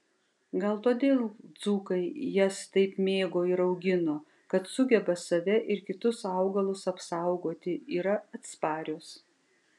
gal todėl dzūkai jas taip mėgo ir augino kad sugeba save ir kitus augalus apsaugoti yra atsparios